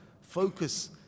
focus